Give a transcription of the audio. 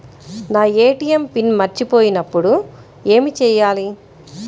నా ATM PIN మర్చిపోయినప్పుడు ఏమి చేయాలి?